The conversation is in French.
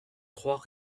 trois